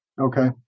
Okay